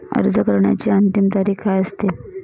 अर्ज करण्याची अंतिम तारीख काय असते?